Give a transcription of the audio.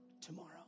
tomorrow